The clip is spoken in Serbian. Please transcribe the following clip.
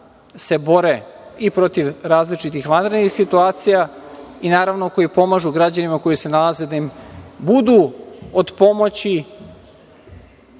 se bore i protiv različitih vanrednih situacija i, naravno, koji pomažu građanima koji se nalaze da im budu od pomoći,